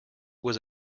was